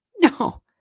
No